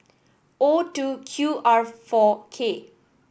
O two Q R four K